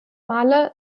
maler